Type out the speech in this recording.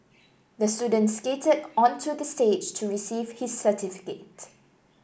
the student skated onto the stage to receive his certificate